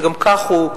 שגם כך הוא,